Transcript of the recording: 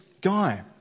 guy